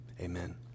Amen